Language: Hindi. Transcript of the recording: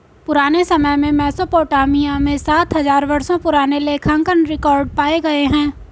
पुराने समय में मेसोपोटामिया में सात हजार वर्षों पुराने लेखांकन रिकॉर्ड पाए गए हैं